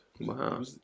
Wow